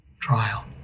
trial